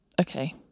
Okay